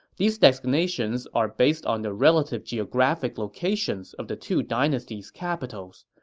these designations are based on the relative geographic locations of the two dynasties' capitals.